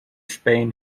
spain